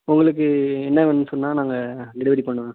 உங்களுக்கு என்ன வேணும் சொன்னால் நாங்கள் டெலிவரி பண்ணுவே